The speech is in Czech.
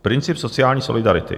Princip sociální solidarity.